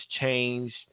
changed